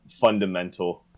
fundamental